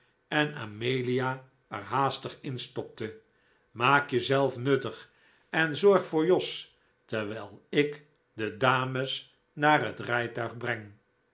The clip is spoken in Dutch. en amelia er haastig instopte maak jezelf nuttig en zorg voor jos terwijl ik de dames naar het rijtuig breng